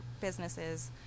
businesses